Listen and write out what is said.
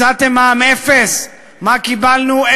הצעתם מע"מ אפס, מה קיבלנו?